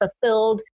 fulfilled